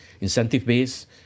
incentive-based